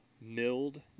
milled